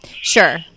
Sure